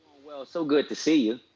well, so good to see you.